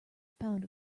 pound